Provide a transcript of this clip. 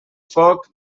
foc